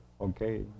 Okay